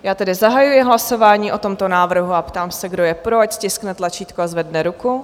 Já tedy zahajuji hlasování o tomto návrhu a ptám se, kdo je pro, ať stiskne tlačítko a zvedne ruku.